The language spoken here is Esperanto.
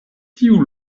tiu